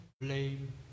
blame